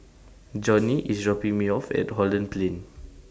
Johny IS dropping Me off At Holland Plain